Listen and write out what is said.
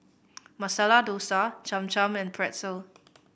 Masala Dosa Cham Cham and Pretzel